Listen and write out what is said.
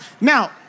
Now